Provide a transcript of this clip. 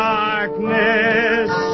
darkness